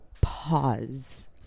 pause